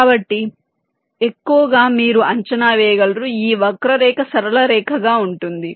కాబట్టి ఎక్కువగా మీరు అంచనా వేయగలరు ఈ వక్రరేఖ సరళ రేఖగా ఉంటుంది